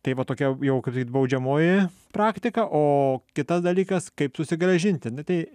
tai vat tokia jau sakytbaudžiamoji praktika o kitas dalykas kaip susigrąžinti tai